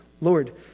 Lord